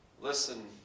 Listen